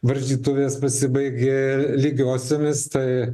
varžytuvės pasibaigė lygiosiomis tai